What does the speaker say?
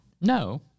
No